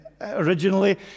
originally